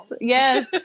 yes